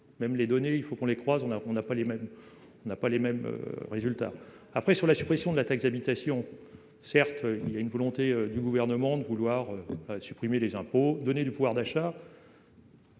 Même les données, il faut qu'on les croise, on a, on n'a pas les mêmes. N'a pas les mêmes résultats après sur la suppression de la taxe d'habitation. Certes il y a une volonté du gouvernement de vouloir supprimer les impôts donner du pouvoir d'achat.